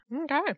Okay